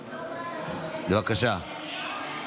שיתופי), התשפ"ג 2023, של חבר הכנסת